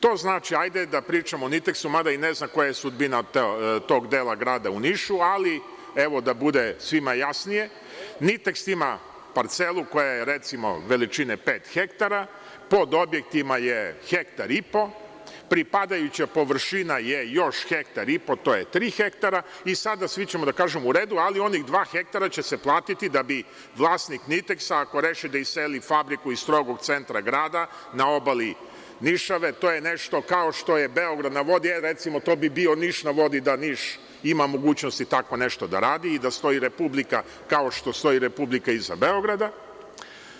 To znači, hajde da pričamo o NITEKS-u, mada ne znam koja je sudbina tog dela grada u Nišu, ali evo, da bude svima jasnije, NITEKS ima parcelu koja je, recimo, veličine pet hektara, pod objektima je hektar i po, pripadajuća površina je još hektar i po, to je tri hektara i sada svi ćemo da kažemo u redu, ali onih dva hektara će se platiti da bi vlasnik NITEKS-a, ako reši da iseli fabriku iz strogog centra grada na obali Nišave, to je nešto kao što je „Beograd na vodi“, e, recimo, to bi bio Niš na vodi, da Niš ima mogućnosti tako nešto da radi i stoji Republika, kao što stoji Republika iza Beograda.